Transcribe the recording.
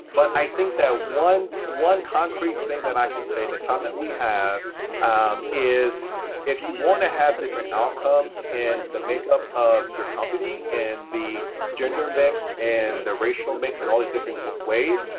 but i think that one one concrete thing that i can say in the time that we have is if you want to have different outcomes, and the make-up of your company, and the gender mix, and the racial mix, and all the different ways,